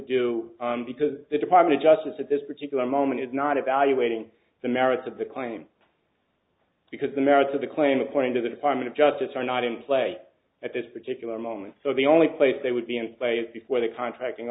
do because the department of justice at this particular moment is not evaluating the merits of the claim because the merits of the claim according to the department of justice are not in play at this particular moment so the only place they would be in play before the contracting